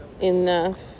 enough